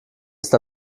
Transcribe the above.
ist